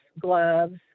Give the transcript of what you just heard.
gloves